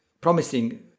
promising